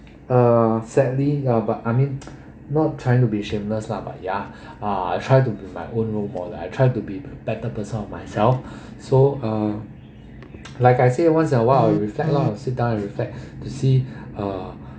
uh sadly uh but I mean not trying to be shameless lah but ya uh I try to be my own role model I try to be better person of myself so uh like I say once in a while I'll reflect lah I'll sit down and reflect to see uh